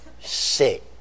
sick